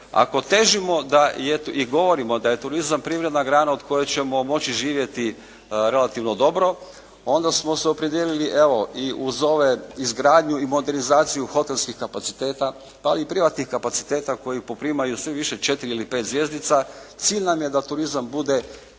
ako težimo i govorimo da je turizam privredna grana od koje ćemo moći živjeti relativno dobro onda smo se opredijelili evo i uz izgradnju i modernizaciju hotelskih kapaciteta pa i privatnih kapaciteta koji poprimaju svi više 4 ili 5 zvjezdica, cilj nam je da turizam bude 5 zvjezdani